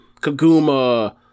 Kaguma